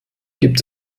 gibt